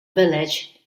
village